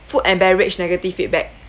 food and beverage negative feedback